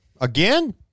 Again